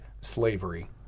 slavery